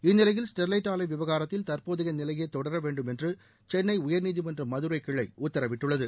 இந்நிலையில் ஸ்டெர்லைட் ஆலை விவகாரத்தில் தற்போதைய நிலையே தொடர வேண்டும் என்று சென்னை உயர்நீதிமன்ற மதுரை கிளை உத்தரவிட்டுள்ளது